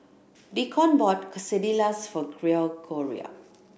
Deacon bought Quesadillas for